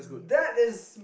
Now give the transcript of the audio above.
that is